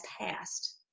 passed